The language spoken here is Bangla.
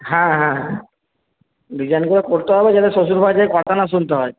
হ্যাঁ হ্যাঁ হ্যাঁ ডিজাইন করে করতে হবে যেন শ্বশুরবাড়ি থেকে কথা না শুনতে হয়